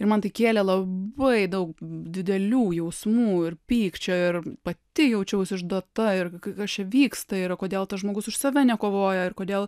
ir man tai kėlė labai daug didelių jausmų ir pykčio ir pati jaučiausi išduota ir kas čia vyksta yra kodėl tas žmogus už save nekovoja ir kodėl